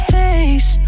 face